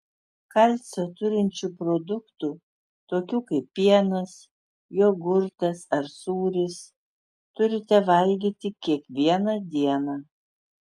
kalcio turinčių produktų tokių kaip pienas jogurtas ar sūris turite valgyti kiekvieną dieną